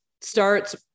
starts